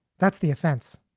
that's the offense.